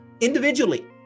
individually